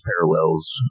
parallels